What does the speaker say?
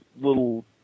little